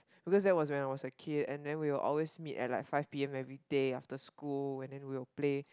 because that was when I was a kid and then we will always meet at like five P_M every day after school and then we will play